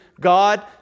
God